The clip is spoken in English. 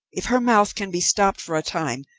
if her mouth can be stopped for a time,